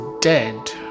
dead